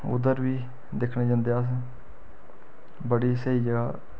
उद्धर बी दिक्खने जंदे अस बड़ी स्हेई जगह्